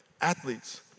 Athletes